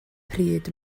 pryd